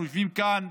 אנחנו יושבים כאן,